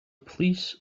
police